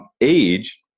Age